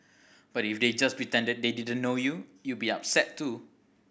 but if they just pretended they didn't know you you'd be upset too